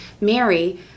Mary